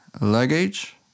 luggage